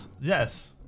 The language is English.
Yes